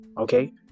Okay